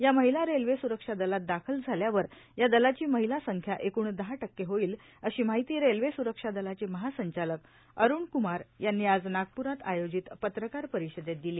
या महिला रेल्वे सुरक्षा दलात दाखल झाल्यावर या दलाची महिला संख्या एकूण दहा टक्के होईल अशी माहिती रेल्वे सुरक्षा दलाचे महासंचालक अरुण क्मार यांनी आज नागपुरात आयोजित पत्रकार परिषदेत दिली